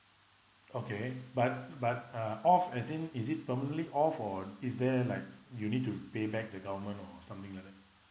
okay but but uh off as in is it permanently off or is there like you need to pay back the government or something like that